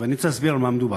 ואני רוצה להסביר על מה מדובר.